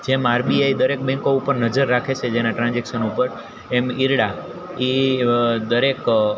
જેમ આરબીઆઈ દરેક બેન્કો ઉપર નજર રાખે છે જેના ટ્રાન્જેક્સન ઉપર એમ ઈરડા એ દરેક